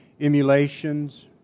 emulations